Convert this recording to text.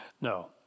No